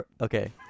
Okay